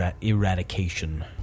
eradication